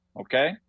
Okay